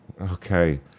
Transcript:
Okay